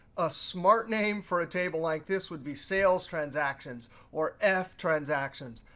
a smart name for a table like this would be sales transactions or f transactions,